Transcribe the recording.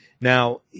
Now